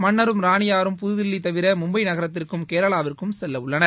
மன்னரும் ராணியாரும் புதுதில்லி தவிர மும்பை நகரத்திற்கும் கேரளாவிற்கும் செல்லவுள்ளனர்